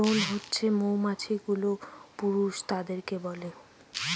drone হছে যে মৌমাছি গুলো পুরুষ তাদেরকে বলে